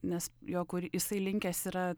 nes jo kur jisai linkęs yra